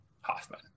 Hoffman